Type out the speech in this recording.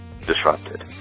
disrupted